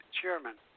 Chairman